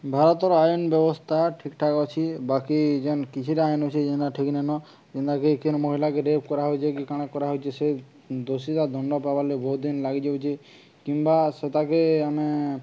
ଭାରତର ଆଇନ ବ୍ୟବସ୍ଥା ଠିକଠାକ ଅଛି ବାକି ଯେନ୍ କିଛିଟା ଆଇନ୍ ଅଛି ଯେନ୍ତା ଠିକ ନାଇଁନ ଯେନ୍ତାକି କେନ୍ ମହିିଲାକେ ରେପ୍ କରାହେଉଛେ କି କାଣା କରାହେଉଛେ ସେ ଦୋଷୀଟା ଦଣ୍ଡ ପାଇବାର ଲାଗି ବହୁତ ଦିନ ଲାଗିଯାଉଛେ କିମ୍ବା ସେଟାକେ ଆମେ